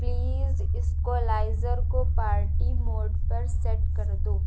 please equaliser کو party mode پر set کر دو